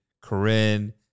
Corinne